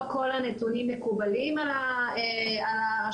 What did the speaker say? לא כל הנתונים מקובלים על הרשויות,